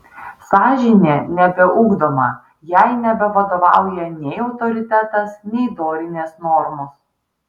sąžinė nebeugdoma jai nebevadovauja nei autoritetas nei dorinės normos